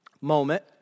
moment